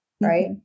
Right